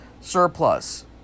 surplus